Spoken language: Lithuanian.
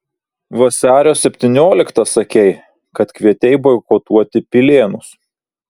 vasario septynioliktą sakei kad kvietei boikotuoti pilėnus